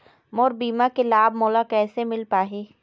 मोर बीमा के लाभ मोला कैसे मिल पाही?